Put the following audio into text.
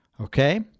Okay